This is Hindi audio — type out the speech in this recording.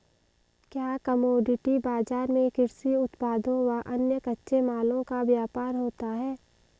क्या कमोडिटी बाजार में कृषि उत्पादों व अन्य कच्चे मालों का व्यापार होता है?